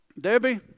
Debbie